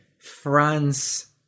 France